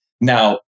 Now